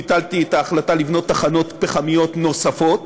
ביטלתי את ההחלטה לבנות תחנות פחמיות נוספות,